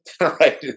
right